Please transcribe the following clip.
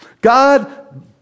God